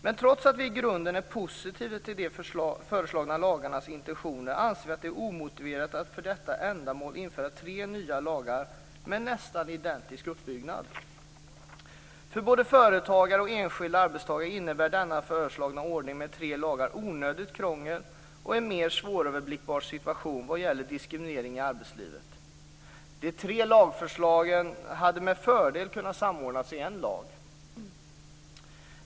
Men trots att vi i grunden är positiva till de föreslagna lagarnas intentioner anser vi att det är omotiverat att för detta ändamål införa tre nya lagar med nästan identisk uppbyggnad. För både företagare och enskilda arbetstagare innebär denna föreslagna ordning med tre lagar onödigt krångel och en mer svåröverblickbar situation vad gäller diskriminering i arbetslivet. De tre lagförslagen hade med fördel kunnat samordnas i en lag.